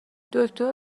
دکتر